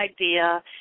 idea